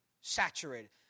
Saturated